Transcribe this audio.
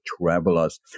travelers